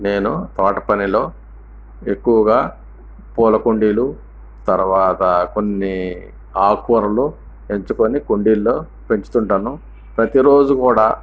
నేను తోట పనిలో ఎక్కువగా పూల కుండీలు తరువాత కొన్ని ఆకు కూరలు పెంచుకుని కుండిల్లో పెంచుతుంటాను ప్రతి రోజు కూడా